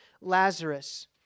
Lazarus